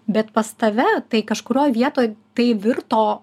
bet pas tave tai kažkurioj vietoj tai virto